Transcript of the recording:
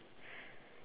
other differences